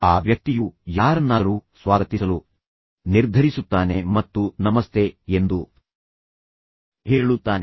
ಆ ವ್ಯಕ್ತಿಯು ಯಾರನ್ನಾದರೂ ಸ್ವಾಗತಿಸಲು ನಿರ್ಧರಿಸುತ್ತಾನೆ ಮತ್ತು ನಮಸ್ತೆ ಎಂದು ಹೇಳುತ್ತಾನೆ